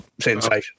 sensation